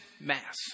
mass